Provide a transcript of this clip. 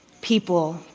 people